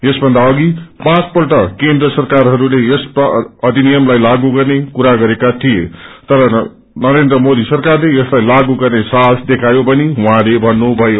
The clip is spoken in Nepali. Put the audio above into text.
यसभन्दा बअघि पाँचपल्ट केन्द्र सरकारहरूले यस अधिनियमलाई लागू गर्ने कुरा गरेका थिए तर नरेन्द्र मोदी सरकारले यसलाई लागू गर्ने साहस देखायौ भनी उहाँले भन्नुभयो